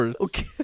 Okay